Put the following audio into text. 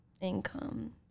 income